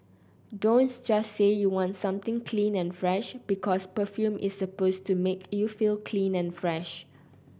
don't just say you want something clean and fresh because perfume is supposed to make you feel clean and fresh